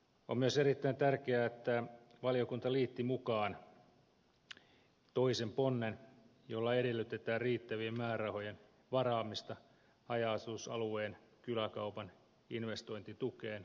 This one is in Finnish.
on myös erittäin tärkeää että valiokunta liitti mukaan toisen ponnen jolla edellytetään riittävien määrärahojen varaamista haja asutusalueen kyläkaupan investointitukeen